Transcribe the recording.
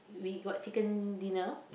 we got chicken dinner